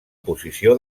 posició